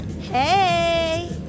Hey